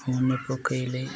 ମନେ ପକେଇଲେ